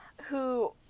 who-